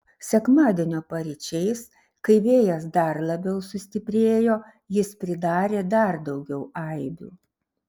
sekmadienio paryčiais kai vėjas dar labiau sustiprėjo jis pridarė dar daugiau aibių